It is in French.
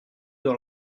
dans